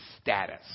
status